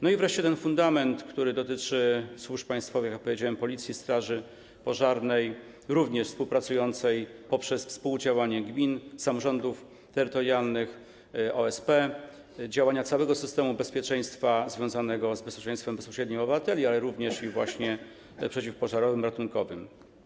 No i wreszcie ten fundament, który dotyczy służb państwowych - jak powiedziałem - Policji, Straży Pożarnej, również współpracującej poprzez współdziałanie gmin, samorządów terytorialnych, OSP, działania całego systemu bezpieczeństwa, związanego bezpośrednio z bezpieczeństwem obywateli, ale również właśnie przeciwpożarowym, ratunkowym.